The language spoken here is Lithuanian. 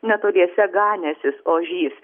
netoliese ganęsis ožys